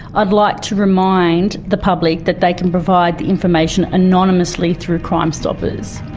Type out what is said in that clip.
i'd like to remind the public that they can provide the information anonymously through crime stoppers.